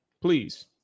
Please